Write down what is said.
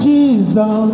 Jesus